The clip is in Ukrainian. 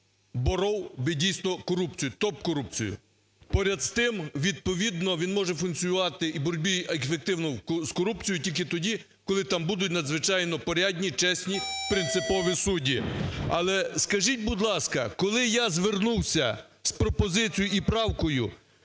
боров би дійсно корупцію, топ-корупцію. Поряд з тим, відповідно, він може функціонувати і в боротьбі ефективно з корупцією тільки тоді, коли там будуть надзвичайно порядні, чесні, принципові судді. Але скажіть, будь ласка, коли я звернувся з пропозицією і правкою,